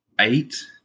eight